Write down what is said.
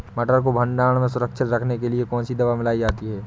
मटर को भंडारण में सुरक्षित रखने के लिए कौन सी दवा मिलाई जाती है?